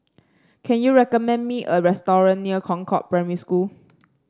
can you recommend me a near Concord Primary School